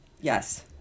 yes